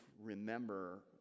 remember